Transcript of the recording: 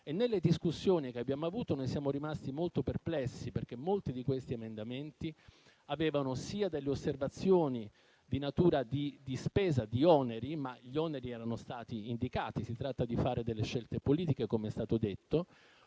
Nelle discussioni che abbiamo avuto siamo rimasti molto perplessi, perché molti di questi emendamenti avevano osservazioni sia in termini di spesa e di oneri (ma gli oneri erano stati indicati, si tratta di fare delle scelte politiche, come è stato detto),